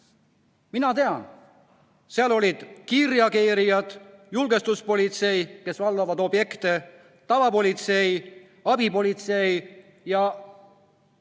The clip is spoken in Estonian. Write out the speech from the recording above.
Mina tean, et seal olid kiirreageerijad, julgestuspolitsei, kes valvab objekte, tavapolitsei, abipolitsei, ja